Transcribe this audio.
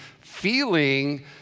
feeling